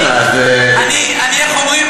אורן, אז, אני, אני, איך אומרים?